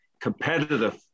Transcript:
Competitive